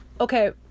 okay